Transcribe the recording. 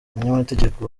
umunyamategeko